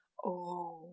oh